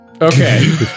Okay